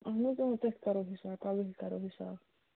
اَہَن حظ تٔتھٕے کَرَو حِساب کَرَو حِساب